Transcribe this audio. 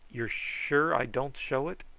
you're sure i don't show it?